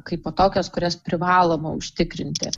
kaipo tokios kurias privaloma užtikrinti